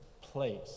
place